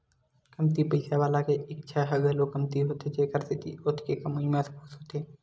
कमती पइसा वाला के इच्छा ह घलो कमती होथे जेखर सेती ओतके कमई म खुस होथे